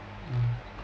mm